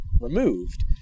removed